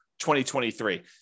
2023